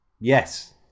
Yes